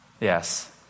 Yes